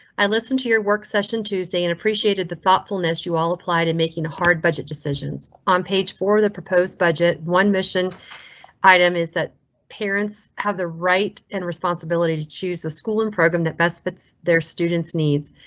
i listen to your work session tuesday and appreciated the thoughtfulness you all applied in making a hard budget decisions on page four of the proposed budget one mission item is that parents have the right and responsibility responsibility to choose the school and program that best fits their students needs.